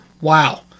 wow